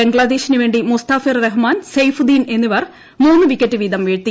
ബംഗ്ലാദേശിനുവേണ്ടി മുസ്താഫിർ റഹ്മാൻ സെയ്ഫുദീൻ എന്നിവർ മൂന്ന് വിക്കറ്റ് വീതം വീഴ്ത്തി